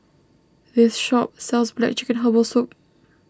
this shop sells Black Chicken Herbal Soup